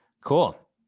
cool